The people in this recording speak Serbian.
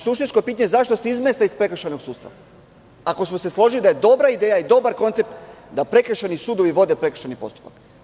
Suštinsko je pitanje - zašto se izmesta iz prekršajnog sudstva, ako smo se složili da je dobra ideja i da je dobar koncept da prekršajni sudovi vode prekršajne postupak?